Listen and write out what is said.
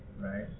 right